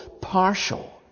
partial